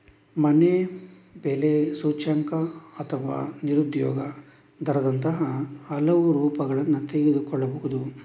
ಮನೆ ಬೆಲೆ ಸೂಚ್ಯಂಕ ಅಥವಾ ನಿರುದ್ಯೋಗ ದರದಂತಹ ಹಲವು ರೂಪಗಳನ್ನು ತೆಗೆದುಕೊಳ್ಳಬಹುದು